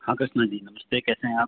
हाँ कृष्णा जी नमस्ते कैसे हैं आप